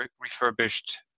refurbished